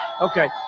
Okay